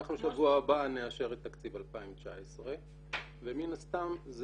אנחנו שבוע הבא נאשר את תקציב 2019. ומן הסתם,